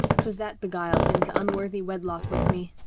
twas that beguiled him to unworthy wedlock with me.